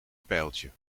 pijltje